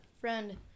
friend